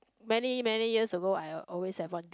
many many years ago I would always have one dream